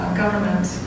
government